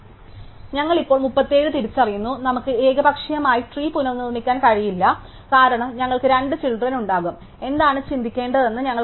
ഞങ്ങൾ ഇപ്പോൾ 37 തിരിച്ചറിയുന്നു നമുക്ക് ഏകപക്ഷീയമായി ട്രീ പുനർനിർമ്മിക്കാൻ കഴിയില്ല കാരണം ഞങ്ങൾക്ക് 2 ചിൽഡ്രൻ ഉണ്ടാകും എന്താണ് ചിന്തിക്കേണ്ടതെന്ന് ഞങ്ങൾക്ക് അറിയില്ല